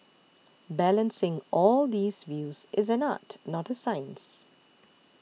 balancing all these views is an art not a science